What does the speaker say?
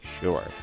sure